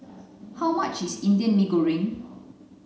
how much is Indian Mee Goreng